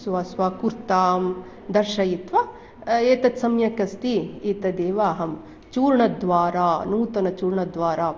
स्व स्व कुर्तां दर्शयित्वा एतद् सम्यक् अस्ति एतदेव अहं चूर्णद्वारा नूतनचूर्णद्वारा